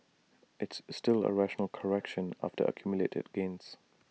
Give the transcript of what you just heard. it's still A rational correction after accumulated gains